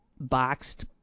boxed